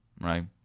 right